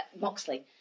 Moxley